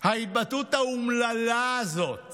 ההתבטאות האומללה הזאת